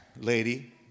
lady